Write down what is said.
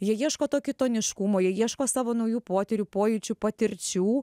jie ieško to kitoniškumo jie ieško savo naujų potyrių pojūčių patirčių